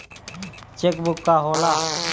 Check book का होला?